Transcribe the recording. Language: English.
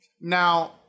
Now